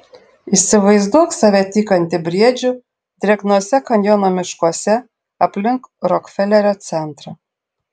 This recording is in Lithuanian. įsivaizduok save tykantį briedžių drėgnuose kanjono miškuose aplink rokfelerio centrą